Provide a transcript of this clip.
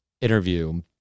interview